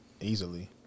easily